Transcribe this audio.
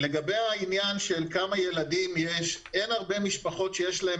לגבי העניין של כמה ילדים יש אין הרבה משפחות שיש להן